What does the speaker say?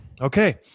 Okay